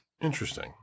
Interesting